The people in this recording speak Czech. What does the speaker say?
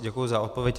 Děkuji za odpověď.